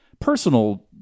personal